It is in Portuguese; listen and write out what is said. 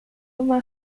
uma